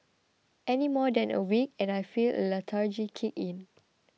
any more than a week and I feel the lethargy kick in